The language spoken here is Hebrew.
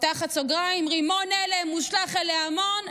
פותחת סוגריים: רימון הלם נשלח אל ההמון,